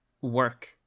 work